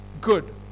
good